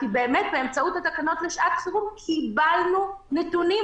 כי באמת באמצעות התקנות לשעת חירום קיבלנו נתונים,